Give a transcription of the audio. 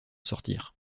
sortir